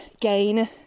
gain